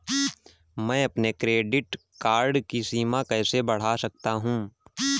मैं अपने credit card की सीमा कैसे बढ़ा सकता हूँ?